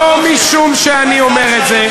לא משום שאני אומר את זה.